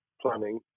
planning